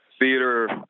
theater